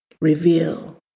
reveal